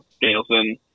Danielson